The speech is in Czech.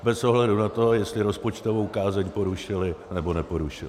Bez ohledu na to, jestli rozpočtovou kázeň porušili, nebo neporušili.